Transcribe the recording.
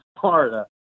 Florida